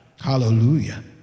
hallelujah